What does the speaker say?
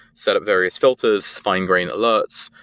set up various filters. fine grain alerts.